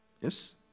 Yes